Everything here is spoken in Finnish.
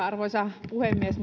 arvoisa puhemies